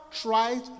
tried